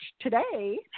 today